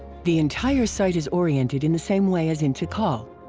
the entire site is oriented in the same way as in tikal.